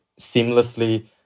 seamlessly